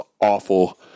awful